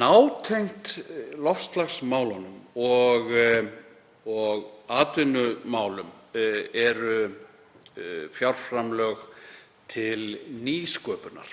Nátengd loftslagsmálunum og atvinnumálum eru fjárframlög til nýsköpunar.